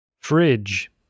Fridge